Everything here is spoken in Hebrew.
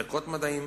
ערכות מדעים,